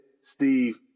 Steve